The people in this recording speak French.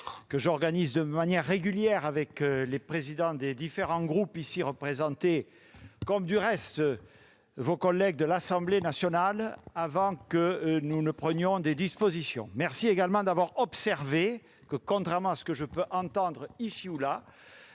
que j'organise de manière régulière avec les présidents des différents groupes du Sénat, comme du reste de l'Assemblée nationale, avant toute prise de décision. Je vous remercie également d'avoir observé que, contrairement à ce que je peux entendre ici ou là,